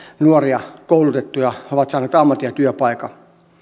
nuoria koulutettua ja he ovat saaneet ammatin ja työpaikan